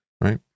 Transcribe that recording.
right